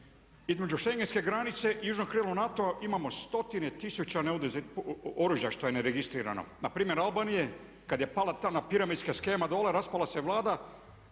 Između schengenske granice i NATO-a imamo stotine tisuća oružja što je neregistrirano, npr. Albanije. Kad je pala ta piramidska shema dolje raspala se Vlada